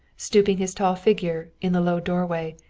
stooping his tall figure in the low doorway,